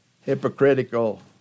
hypocritical